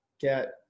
get